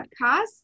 podcast